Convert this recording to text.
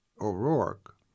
O'Rourke